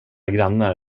grannar